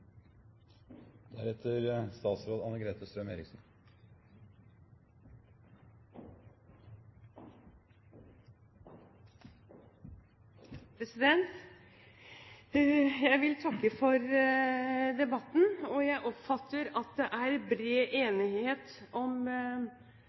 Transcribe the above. før der legemiddelindustrien subsidierte dette området. Jeg vil takke for debatten. Jeg oppfatter at det er bred